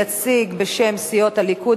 בשם סיעות הליכוד,